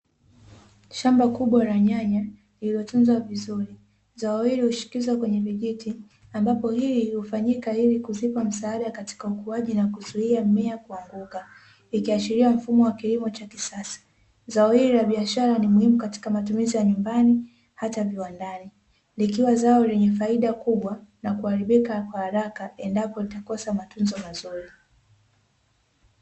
Shamba kubwa la nyanya lililotuzwa vizuri zao hili hushikizwa kwenye vijiti ambapo hii hufanyika ili kuzipa msaada katika ukuaji na kuzuia mmea kuanguka, ikiashiria mfumo wa kilimo cha kisasa. Zao hili la biashara ni muhimu katika matumizi ya nyumbani hata viwandani likiwa zao lenye faida kubwa na kuharibika kwa haraka lisipotunzwa vizuri.